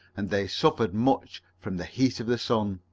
and they suffered much from the heat of the sun.